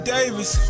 Davis